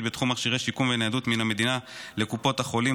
בתחום מכשירי שיקום וניידות מן המדינה לקופות החולים),